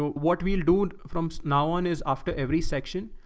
what we'll do from now on is after every section,